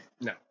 No